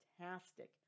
fantastic